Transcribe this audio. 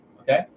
Okay